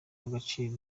agaciro